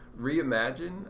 reimagine